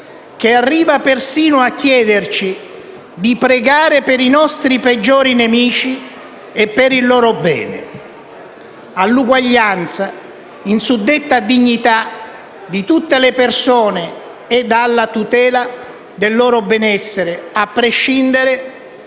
che arriva persino a chiederci di pregare per i nostri peggiori nemici e per il loro bene; all'uguaglianza in suddetta dignità di tutte le persone e alla tutela del loro benessere, a prescindere